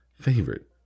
favorite